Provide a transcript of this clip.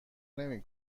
نمی